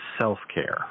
self-care